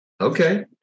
Okay